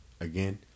again